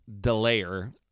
delayer